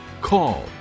call